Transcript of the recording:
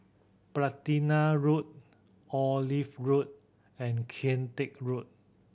Platina Road Olive Road and Kian Teck Road